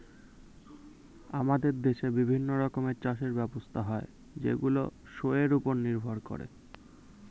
আমাদের দেশে বিভিন্ন রকমের চাষের ব্যবস্থা হয় যেইগুলো শোয়ের উপর নির্ভর করে